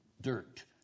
dirt